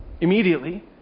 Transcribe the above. immediately